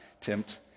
tempt